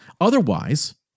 Otherwise